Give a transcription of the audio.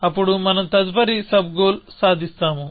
అప్పుడు మనం తదుపరి సబ్ గోల్ సాధిస్తాము